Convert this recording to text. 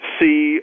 see